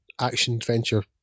action-adventure